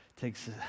takes